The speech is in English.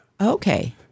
Okay